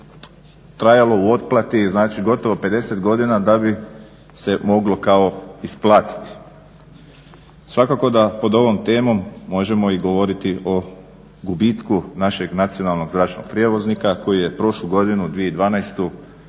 trajalo u otplati gotovo 50 godina da bi se moglo kao isplatiti. Svakako da pod ovom temom možemo i govoriti o gubitku našeg nacionalnog zračnog prijevoznika koji je prošlu godinu 2012.